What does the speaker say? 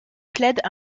plaide